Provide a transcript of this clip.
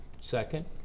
second